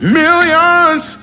millions